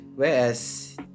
Whereas